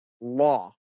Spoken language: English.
law